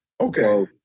Okay